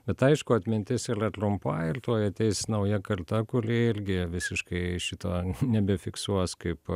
bet aišku atmintis ylia tlumpa ir tuoj ateis nauja karta kuli irgi visiškai šito nebefiksuos kaip